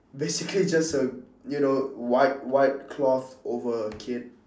basically just a you know white white cloth over a kid